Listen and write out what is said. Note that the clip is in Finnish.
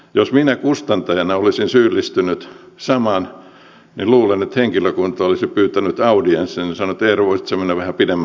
jos minä kustantajana olisin syyllistynyt samaan niin luulen että henkilökunta olisi pyytänyt audienssin ja sanonut eero voisitko mennä vähän pidemmälle lomalle